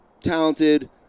talented